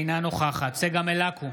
אינה נוכחת צגה מלקו,